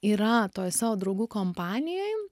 yra toj savo draugų kompanijoj